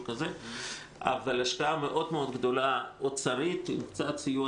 אבל זאת הייתה השקעה מאוד גדולה מהאוצר עם סיוע